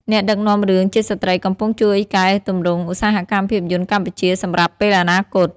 អ្នកដឹកនាំរឿងជាស្ត្រីកំពុងជួយកែទម្រង់ឧស្សាហកម្មភាពយន្តកម្ពុជាសម្រាប់ពេលអនាគត។